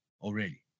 already